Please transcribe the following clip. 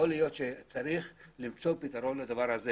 יכול להיות שצריך למצוא פתרון לדבר הזה